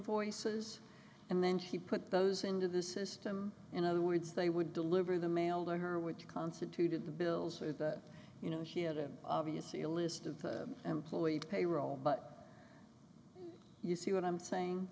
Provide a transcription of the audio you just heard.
voices and then she put those into the system in other words they would deliver the mail to her which constituted the bills you know him obviously a list of the employed payroll but you see what i'm saying